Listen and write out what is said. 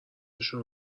شما